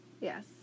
Yes